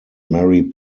mary